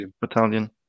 battalion